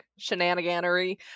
shenaniganery